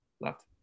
left